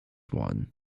one